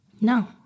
No